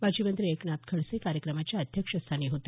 माजी मंत्री एकनाथ खडसे कार्यक्रमाच्या अध्यक्षस्थानी होते